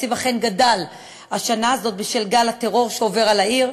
התקציב אכן גדל בשנה זאת "בשל גל הטרור שעובר על העיר",